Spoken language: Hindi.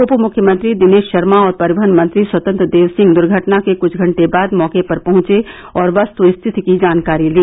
उप मुख्यमंत्री दिनेष षर्मा और परिवहन मंत्री स्वतंत्र देव सिंह दुर्घटना के कुछ घंटे बाद मौके पर पहुंचे और वस्तुस्थिति की जानकारी ली